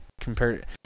compared